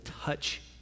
touch